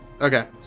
okay